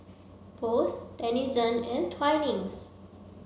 Post Denizen and Twinings